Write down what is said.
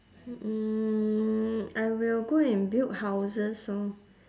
hmm I will go and build houses orh